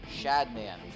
Shadman